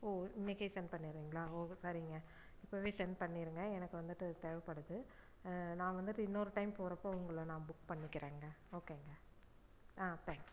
ஓ இன்றைக்கே சென்ட் பண்ணிடுறீங்களா ஓ சரிங்க இப்போவே சென்ட் பண்ணிடுங்க எனக்கு வந்துட்டு தேவைப்படுது நான் வந்துட்டு இன்னொரு டைம் போகிறப்போ உங்களை நான் புக் பண்ணிக்கிறேங்க ஓகேங்க ஆ தேங்க்யூ